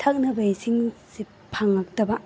ꯊꯛꯅꯕ ꯏꯁꯤꯡꯁꯤ ꯐꯪꯂꯛꯇꯕ